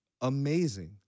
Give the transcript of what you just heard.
amazing